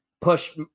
push